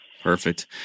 Perfect